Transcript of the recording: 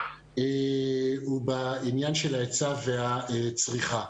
בעניין של ההיצע והצריכה.